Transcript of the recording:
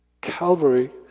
Calvary